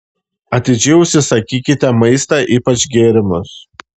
atidžiai užsisakykite maistą ypač gėrimus